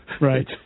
right